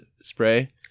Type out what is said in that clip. spray